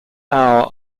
hour